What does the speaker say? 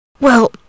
Well